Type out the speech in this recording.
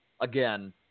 again